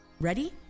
Ready